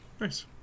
nice